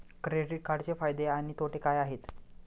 Credit कार्डचे फायदे आणि तोटे काय आहेत?